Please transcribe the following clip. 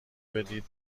بدید